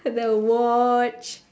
the watch